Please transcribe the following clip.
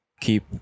keep